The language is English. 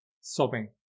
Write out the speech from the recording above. sobbing